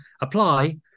apply